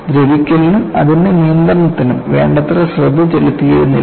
ദ്രവിക്കലിനും അതിൻറെ നിയന്ത്രണത്തിനും വേണ്ടത്ര ശ്രദ്ധ ചെലുത്തിയിരുന്നില്ല